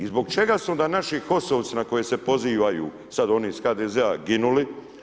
I zbog čega su onda naši HOS-ovci na koje se pozivaju sad oni iz HDZ-a ginuli.